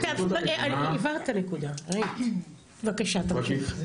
הבהרת את הנקודה, בבקשה תמשיך.